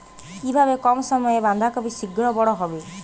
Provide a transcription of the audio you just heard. কিভাবে কম সময়ে বাঁধাকপি শিঘ্র বড় হবে?